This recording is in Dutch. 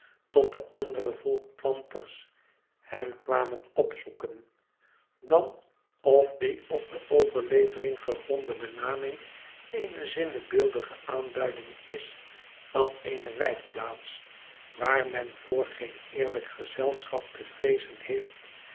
tot de andere volkplanters hem kwamen opzoeken dan of die op de overlevering gegronde benaming eene zinnebeeldige aanduiding is van eenewijkplaats waar men voor geen eerlijk gezelschap te vreezen heeft